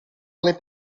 alle